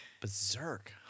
Berserk